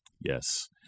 Yes